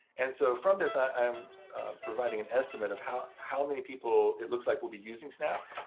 and so from this, i'm providing an estimate of how how many people it looks like will be using snap.